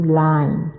line